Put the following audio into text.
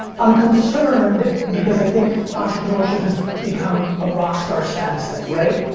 i'm concerned because i think entrepreneurship has become a rockstar status thing, right?